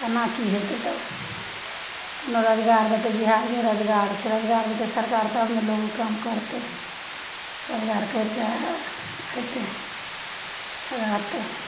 कोना कि हेतै तब नहि रोजगार देतै बिहारमे रोजगार छै रोजगार देतै सरकार तब ने लोको काम करतै रोजगार करिके खएतै रहतै